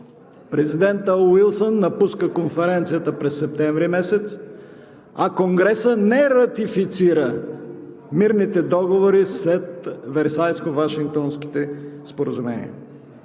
Президентът Уилсън напуска Конференцията през септември месец, а Конгресът не ратифицира мирните договори след Версайско-вашингтонските споразумения.